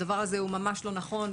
הדבר הזה הוא ממש לא נכון.